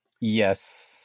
Yes